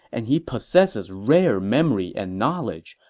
and he possesses rare memory and knowledge.